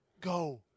Go